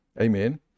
Amen